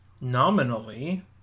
nominally